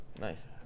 Nice